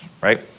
right